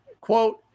quote